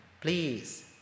please